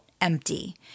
empty